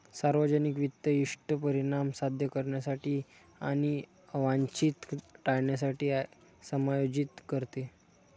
सार्वजनिक वित्त इष्ट परिणाम साध्य करण्यासाठी आणि अवांछित टाळण्यासाठी समायोजित करते